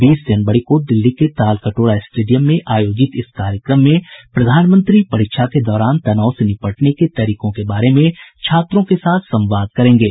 बीस जनवरी को दिल्ली के तालकटोरा स्टेडियम में आयोजित इस कार्यक्रम में प्रधानमंत्री परीक्षा के दौरान तनाव से निपटने के तरीकों के बारे में छात्रों के साथ संवाद करेंगे